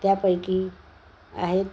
त्यापैकी आहेत